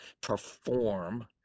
perform